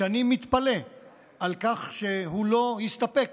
שאני מתפלא על כך שהוא לא הסתפק